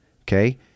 Okay